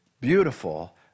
beautiful